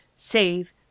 save